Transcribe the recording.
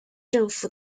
政府